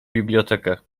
bibliotekę